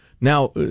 Now